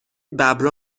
ببرا